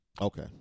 Okay